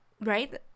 Right